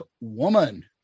woman